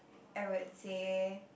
I would say